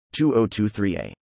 2023a